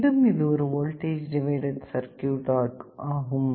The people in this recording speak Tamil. மீண்டும் இது ஒரு வோல்டேஜ் டிவைடர் சர்க்யூட் ஆகும்